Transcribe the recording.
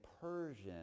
Persian